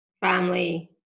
family